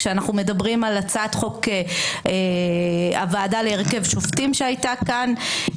כשאנחנו מדברים על הצעת חוק הוועדה להרכב שופטים שהייתה כאן,